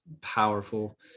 powerful